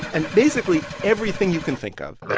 and basically everything you can think of